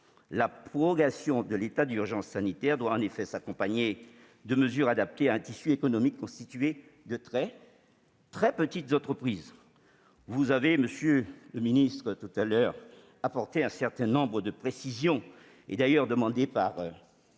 La prorogation de l'état d'urgence sanitaire doit en effet s'accompagner de mesures adaptées à un tissu économique constitué de très, très petites entreprises. Vous avez, monsieur le ministre, apporté à l'instant certaines précisions demandées par